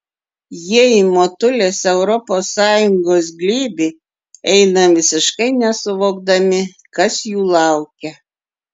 jie į motulės europos sąjungos glėbį eina visiškai nesuvokdami kas jų laukia